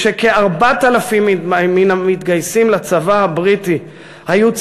היא שכ-4,000 מן המתגייסים לצבא הבריטי היו